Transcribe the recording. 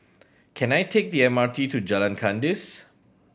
can I take the M R T to Jalan Kandis